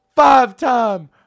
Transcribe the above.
Five-time